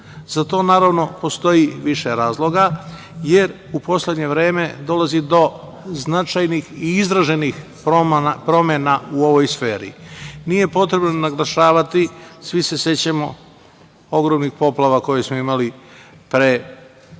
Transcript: Za to, naravno, postoji više razloga, jer u poslednje vreme dolazi do značajnih i izraženim promena u ovoj sferi. Nije potrebno naglašavati, jer svi se sećamo ogromnih poplava koje smo imali pre četiri,